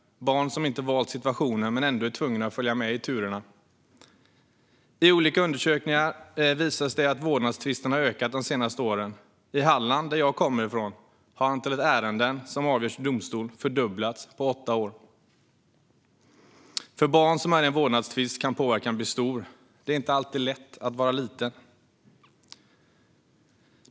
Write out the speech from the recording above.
Barn har inte valt situationen men är ändå tvungna att följa med i turerna. Olika undersökningar visar att vårdnadstvisterna under de senaste åren har ökat. I Halland, som jag kommer ifrån, har antalet ärenden som avgörs i domstol fördubblats på åtta år. För barn som befinner sig i en vårdnadstvist kan påverkan bli stor. Det är inte alltid lätt att vara liten.